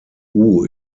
nur